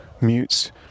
mutes